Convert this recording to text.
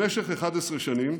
במשך 11 שנים,